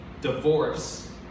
divorce